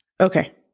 Okay